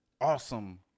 awesome